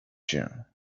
się